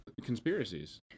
conspiracies